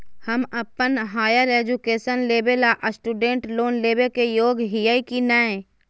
हम अप्पन higher education लेबे ला स्टूडेंट लोन लेबे के योग्य हियै की नय?